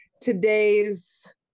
today's